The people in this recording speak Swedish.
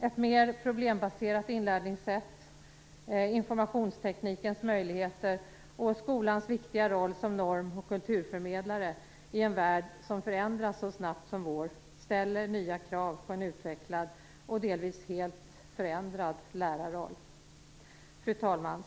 Ett mer problembaserat inlärningssätt, informationsteknikens möjligheter och skolans viktiga roll som norm och kulturförmedlare i en värld som förändras så snabbt som vår ställer nya krav på en utvecklad och delvis helt förändrad lärarroll.